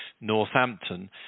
northampton